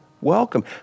welcome